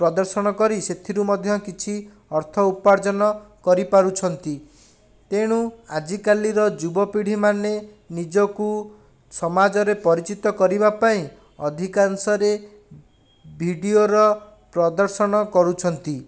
ପ୍ରଦର୍ଶନ କରି ସେଥିରୁ ମଧ୍ୟ କିଛି ଅର୍ଥ ଉପାର୍ଜନ କରିପାରୁଛନ୍ତି ତେଣୁ ଆଜିକାଲିର ଯୁବ ପୀଢ଼ିମାନେ ନିଜକୁ ସମାଜରେ ପରିଚିତ କରିବା ପାଇଁ ଅଧିକାଂଶରେ ଭିଡ଼ିଓର ପ୍ରଦର୍ଶନ କରୁଛନ୍ତି